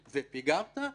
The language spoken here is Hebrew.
ופיגרת,